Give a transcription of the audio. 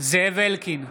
זאב אלקין,